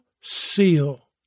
seal